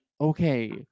okay